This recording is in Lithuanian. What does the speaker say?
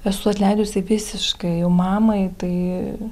esu atleidusi visiškai jau mamai tai